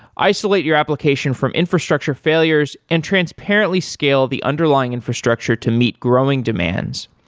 isolate your application from infrastructure failures and transparently scale the underlying infrastructure to meet growing demands,